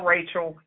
Rachel